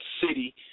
city